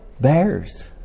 bears